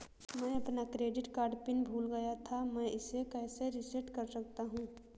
मैं अपना credit card pin भूल गया था मैं इसे कैसे रीसेट कर सकता हूँ?